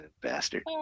bastard